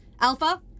Alpha